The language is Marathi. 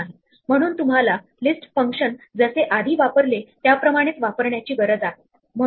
सामान्यपणे आपण कोणतीही लिस्ट सेट फंक्शन वापरुन सेट मध्ये रूपांतरित करू शकतो